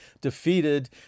defeated